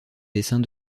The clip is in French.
desseins